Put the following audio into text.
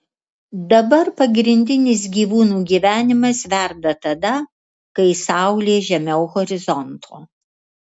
dabar pagrindinis gyvūnų gyvenimas verda tada kai saulė žemiau horizonto